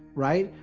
right?